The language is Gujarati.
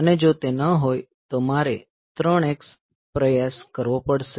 અને જો તે ન હોય તો મારે 3 x સાથે પ્રયાસ કરવો પડશે